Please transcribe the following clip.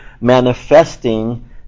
manifesting